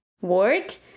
work